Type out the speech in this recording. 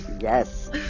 Yes